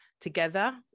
together